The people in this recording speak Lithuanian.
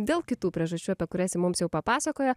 dėl kitų priežasčių apie kurias ji mums jau papasakojo